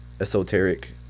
esoteric